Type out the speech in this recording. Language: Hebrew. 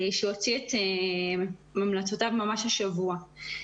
שהוציא את המלצותיו ממש השבוע.